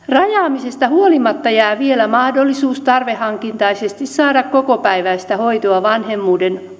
rajaamisesta huolimatta jää vielä mahdollisuus tarveharkintaisesti saada kokopäiväistä hoitoa vanhemmuuden